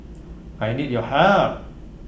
I need your help